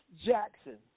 Jackson